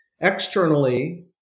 Externally